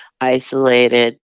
isolated